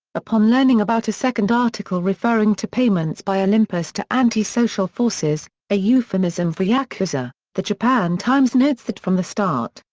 upon learning about a second article referring to payments by olympus to anti-social forces, a euphemism for yakuza, the japan times notes that from the start,